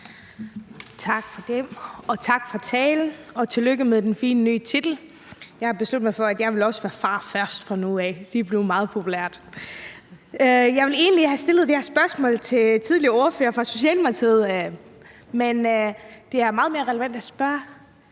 Tak for det. Tak for talen, og tillykke med den fine, nye titel. Jeg har besluttet mig for, at jeg også vil være far først fra nu af – det er blevet meget populært. Jeg ville egentlig have stillet det her spørgsmål til ordføreren for Socialdemokratiet, men det er meget mere relevant, synes